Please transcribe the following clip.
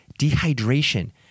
Dehydration